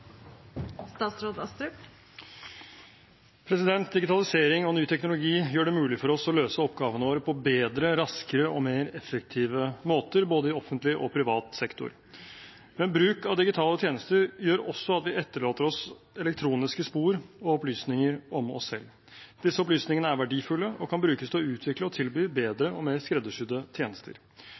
Digitalisering av ny teknologi gjør det mulig for oss å løse oppgavene våre på bedre, raskere og mer effektive måter både i offentlig og i privat sektor, men bruk av digitale tjenester gjør også at vi etterlater oss elektroniske spor og opplysninger om oss selv. Disse opplysningene er verdifulle og kan brukes til å utvikle og tilby bedre og mer skreddersydde tjenester.